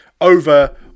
over